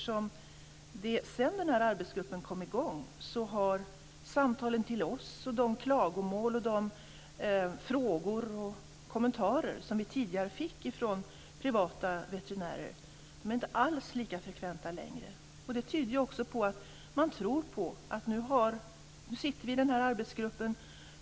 Sedan den här samtalsgruppen kom i gång är nämligen samtalen till oss och de klagomål, frågor och kommentarer som vi tidigare fick från privata veterinärer inte alls lika frekventa längre. Det tyder också på att man har en tilltro: Nu sitter vi i den här arbetsgruppen.